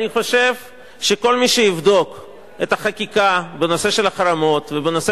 אני חושב שכל מי שיבדוק את החקיקה בנושא החרמות ובנושא